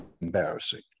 embarrassing